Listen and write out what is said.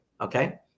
Okay